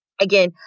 Again